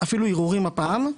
אפילו ערעורים הפעם,